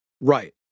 Right